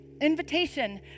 invitation